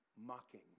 mocking